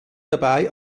dabei